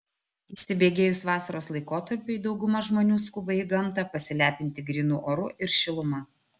įsibėgėjus vasaros laikotarpiui dauguma žmonių skuba į gamtą pasilepinti grynu oru ir šiluma